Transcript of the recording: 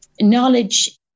knowledge